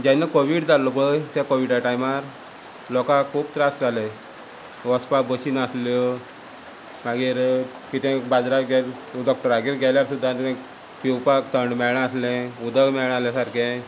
जेन्ना कोवीड जाल्लो पय त्या कोविडा टायमार लोकांक खूब त्रास जाले वचपाक बसी नासल्यो मागीर कितें बाजाराक डॉक्टरागेर गेल्यार सुद्दां थंय पिवपाक थंड मेळनासलें उदक मेळना सारकें